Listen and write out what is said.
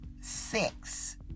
six